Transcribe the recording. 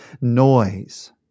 noise